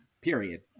period